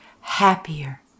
happier